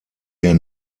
der